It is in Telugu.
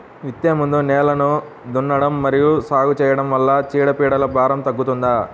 విత్తే ముందు నేలను దున్నడం మరియు సాగు చేయడం వల్ల చీడపీడల భారం తగ్గుతుందా?